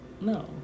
no